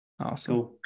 Awesome